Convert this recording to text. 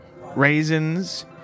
raisins